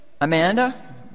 Amanda